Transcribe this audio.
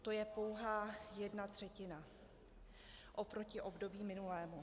To je pouhá jedna třetina oproti období minulému.